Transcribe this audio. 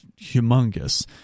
humongous